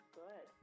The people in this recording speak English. good